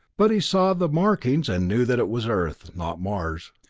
but he saw the markings and knew that it was earth, not mars.